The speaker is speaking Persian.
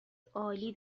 عالی